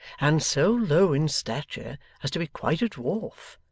and so low in stature as to be quite a dwarf,